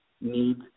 need